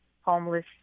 homeless